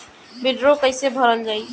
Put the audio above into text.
वीडरौल कैसे भरल जाइ?